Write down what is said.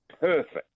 Perfect